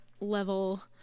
level